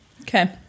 Okay